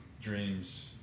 dreams